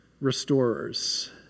restorers